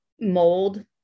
mold